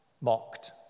mocked